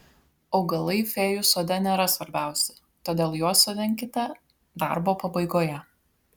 augalai fėjų sode nėra svarbiausi todėl juos sodinkite darbo pabaigoje